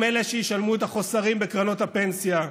הם אלה שישלמו את החוסרים בקרנות הפנסיה,